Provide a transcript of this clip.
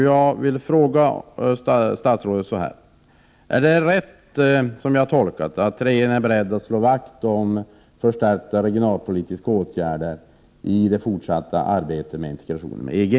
Jag vill därför fråga statsrådet: Är det rätt som jag har tolkat svaret, att regeringen är beredd att slå vakt om förstärkta regionalpolitiska åtgärder i det fortsatta arbetet med integrationen med EG?